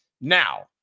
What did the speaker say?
now